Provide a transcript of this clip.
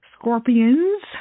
Scorpions